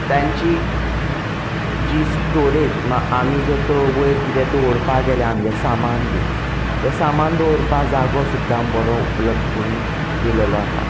तांची जी स्टोरेज आमी जर तर वयर कितेंय दवरपा गेले आमचें सामान बी तें सामान दवरपा जागो सुद्दा बरो उपलब्द करून दिल्लो आसा